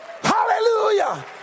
Hallelujah